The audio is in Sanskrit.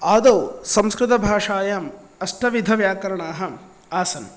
आदौ संस्कृतभाषायाम् अष्टविधव्याकरणानि आसन्